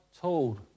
told